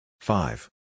Five